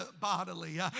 bodily